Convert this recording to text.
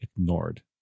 ignored